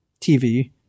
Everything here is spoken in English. TV